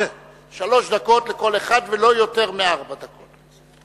שלוש דקות לכל אחד, ולא יותר מארבע דקות.